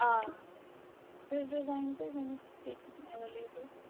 آ یُس ڈِزایِن تُہۍ ؤنِو تُہۍ ایویلیبٕل